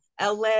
LA